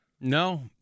No